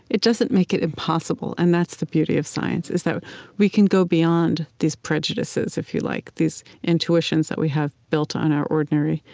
it doesn't make it impossible. and that's the beauty of science, is that we can go beyond these prejudices, if you like, these intuitions that we have built on our ordinary,